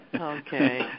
Okay